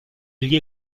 gli